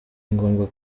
ngombwa